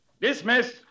Dismiss